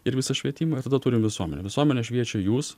ir visą švietimą ir tada turim visuomenę visuomenę šviečia jūs